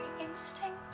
instinct